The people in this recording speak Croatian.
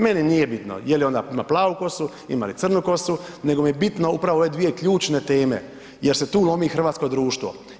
Meni nije bitno jel ona ima plavu kosu, ima li crnu kosu nego mi je bitno upravo ove dvije ključne teme jer se tu lomi hrvatsko društvo.